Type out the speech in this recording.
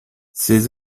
ces